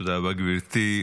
תודה רבה, גברתי.